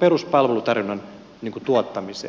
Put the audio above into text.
peruspalvelutarjonnan tuottamiseen